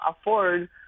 afford